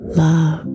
love